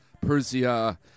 Persia